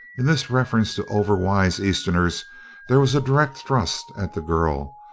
in this reference to over-wise easterners there was a direct thrust at the girl,